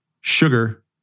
sugar